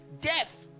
Death